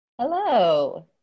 Hello